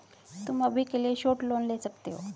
तुम अभी के लिए शॉर्ट लोन ले सकते हो